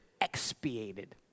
expiated